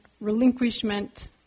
relinquishment